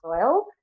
soil